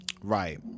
right